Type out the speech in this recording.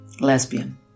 lesbian